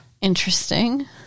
Interesting